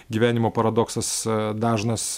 gyvenimo paradoksas dažnas